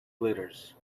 glitters